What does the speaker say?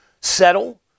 settle